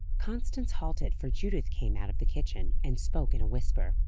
constance halted, for judith came out of the kitchen, and spoke in a whisper.